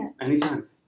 Anytime